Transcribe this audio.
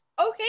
Okay